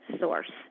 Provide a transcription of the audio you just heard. source